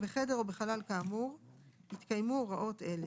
בחדר או בחלל יתקיימו הוראות אלה: